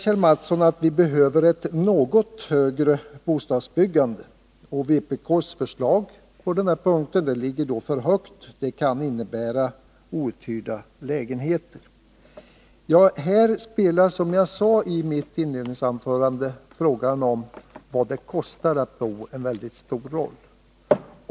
Kjell Mattsson säger att vi behöver ett något ökat bostadsbyggande och att vpk:s förslag på denna punkt ligger alldeles för högt — det kan innebära outhyrda lägenheter. Här spelar, som jag sade i mitt inledningsanförande, frågan om vad det kostar att bo en mycket stor roll.